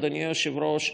אדוני היושב-ראש,